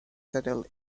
settled